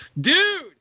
Dude